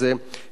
יישר כוח.